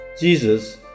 Jesus